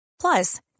Plus